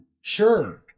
sure